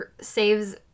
saves